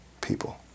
people